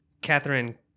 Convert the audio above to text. Catherine